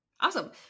awesome